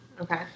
Okay